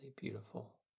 beautiful